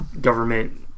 government